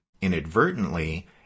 inadvertently